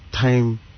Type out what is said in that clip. time